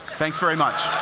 thanks very much.